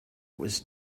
was